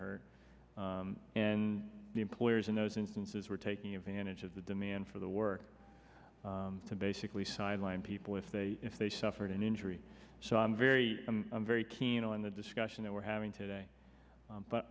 hurt and the employers in those instances were taking advantage of the demand for the work to basically sideline people if they if they suffered an injury so i'm very very keen on the discussion that we're having today